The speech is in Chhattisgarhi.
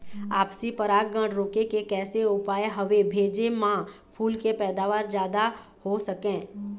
आपसी परागण रोके के कैसे उपाय हवे भेजे मा फूल के पैदावार जादा हों सके?